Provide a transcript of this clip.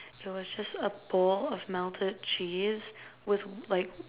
it was just a bowl of melted cheese with like